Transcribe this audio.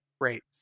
great